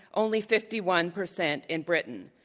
only fifty one percent in britain.